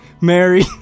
Mary